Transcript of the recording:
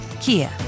Kia